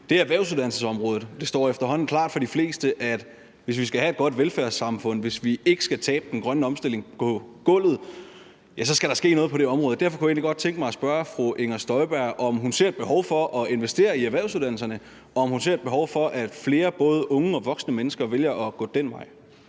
er på erhvervsuddannelsesområdet. Det står efterhånden klart for de fleste, at hvis vi skal have et godt velfærdssamfund, og hvis vi ikke skal tabe den grønne omstilling på gulvet, skal der ske noget på det område. Derfor kunne jeg egentlig godt tænke mig at spørge fru Inger Støjberg, om hun ser et behov for at investere i erhvervsuddannelserne, og om hun ser et behov for, at flere både unge og voksne mennesker vælger at gå den vej.